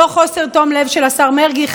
לא חוסר תום לב של השר מרגי,